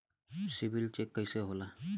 CIBIL check कइसे होला?